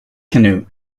canoe